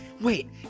Wait